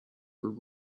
for